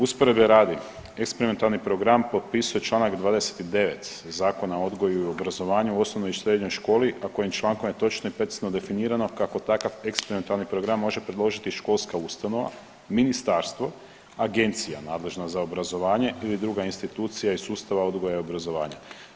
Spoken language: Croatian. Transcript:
Usporedbe radi, eksperimentalni program potpisuje čl. 29 Zakona o odgoju i obrazovanju u osnovnoj i srednjoj školi, a kojim člankom je točno i precizno definirano kako takav eksperimentalni program može predložiti školska ustanova, ministarstvo, agencija nadležna za obrazovanje ili druga institucija iz sustava odgoja i obrazovanja.